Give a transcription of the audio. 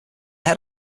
head